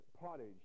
pottage